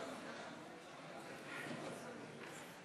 בבקשה.